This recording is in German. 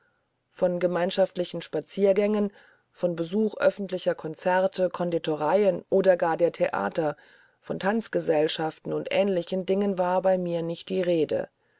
von gemeinschaftlichen spaziergängen von besuch öffentlicher conzerte conditoreien oder gar der theater von tanzgesellschaften und ähnlichen dingen war bei mir nicht die rede